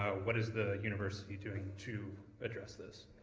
what is the university doing to address this?